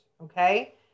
okay